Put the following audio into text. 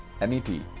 MEP